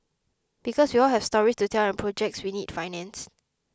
because we all have stories to tell and projects we need financed